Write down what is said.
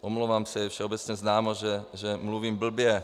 Omlouvám se, je všeobecně známo, že mluvím blbě.